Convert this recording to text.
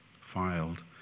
filed